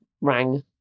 rang